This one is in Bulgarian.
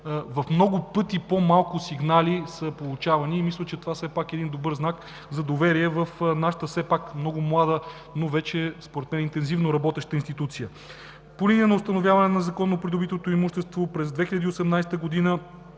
в много пъти по-малко сигнали. Мисля, че това все пак е един добър знак за доверие в нашата все пак много млада, но, според мен, вече интензивно работеща институция. По линия на установяване на незаконно придобитото имущество – през 2018 г.